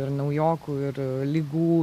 ir naujokų ir ligų